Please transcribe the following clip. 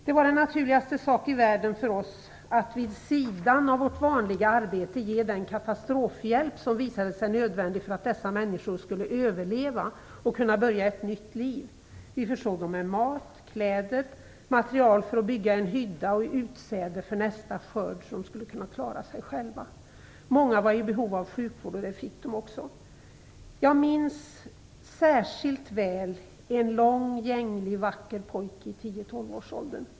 Det var den naturligaste sak i världen för oss att vid sidan av vårt vanliga arbete ge den katastrofhjälp som visade sig nödvändig för att dessa människor skulle överleva och kunna börja ett nytt liv. Vi försåg dem med mat, kläder, material för att bygga en hydda och utsäde för nästa skörd så att de skulle kunna klara sig själva. Många var i behov av sjukvård, och det fick de också. Jag minns särskilt väl en lång gänglig vacker pojke i tio-tolvårsåldern.